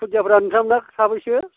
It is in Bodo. खुदियाफोरा नोंथांना साबैसो